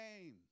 name